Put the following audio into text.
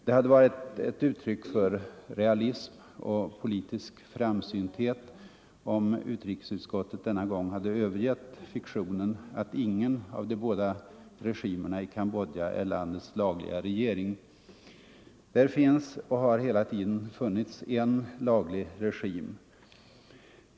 Det hade varit ett uttryck för realism och politisk framsynthet om utskottet denna gång hade övergett fiktionen att ingen av de båda regimerna i Cambodja är landets lagliga regering. Där finns och har hela tiden funnits en laglig regim.